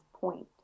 point